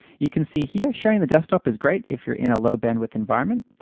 you can see here, sharing the desktop is great if you're in a low bandwidth environment.